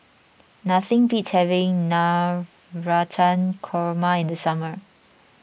nothing beats having Navratan Korma in the summer